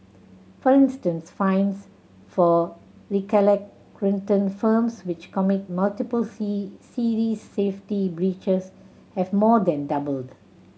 for instance fines for recalcitrant firms which commit multiple serious safety breaches have more than doubled